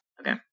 Okay